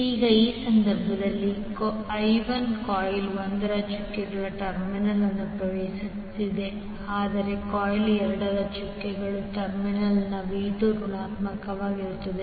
ಈಗ ಈ ಸಂದರ್ಭದಲ್ಲಿ ಈಗ i1 ಕಾಯಿಲ್ 1 ರ ಚುಕ್ಕೆಗಳ ಟರ್ಮಿನಲ್ ಅನ್ನು ಪ್ರವೇಶಿಸುತ್ತಿದೆ ಆದರೆ ಕಾಯಿಲ್ 2 ರ ಚುಕ್ಕೆಗಳ ಟರ್ಮಿನಲ್ನಲ್ಲಿ v2 ಋಣಾತ್ಮಕವಾಗಿರುತ್ತದೆ